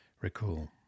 recall